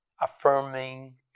affirming